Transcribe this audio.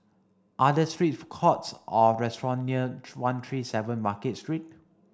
are these three food courts or restaurants near one three seven Market Street